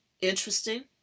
interesting